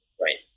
right